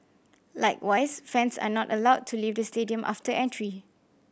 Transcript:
likewise fans are not allowed to leave the stadium after entry